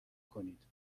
کنید